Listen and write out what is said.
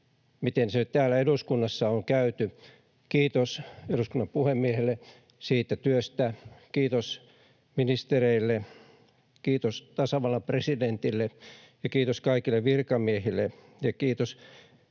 miten se täällä eduskunnassa on käyty, kiitos eduskunnan puhemiehelle siitä työstä, kiitos ministereille, kiitos tasavallan presidentille ja kiitos kaikille virkamiehille